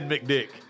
McDick